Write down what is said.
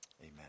Amen